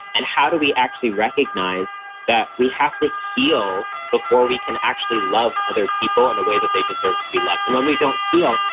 and how do we actually recognize that we have to heal before we can actually love other people in the way that they deserve to be loved? and when we don't heal,